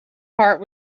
part